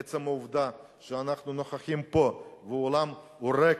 עצם העובדה שאנחנו נוכחים פה והאולם ריק,